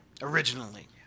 Originally